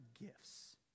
gifts